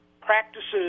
practices